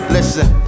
Listen